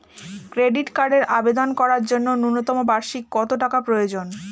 Credit কার্ডের আবেদন করার জন্য ন্যূনতম বার্ষিক কত টাকা প্রয়োজন?